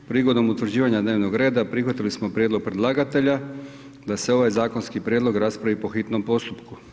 Prigodom utvrđivanja dnevnog reda prihvatili smo prijedlog predlagatelja da se ovaj zakonski prijedlog raspravi po hitnom postupku.